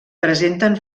presenten